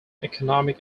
economic